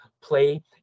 play